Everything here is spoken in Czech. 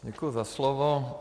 Děkuji za slovo.